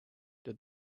did